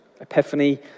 Epiphany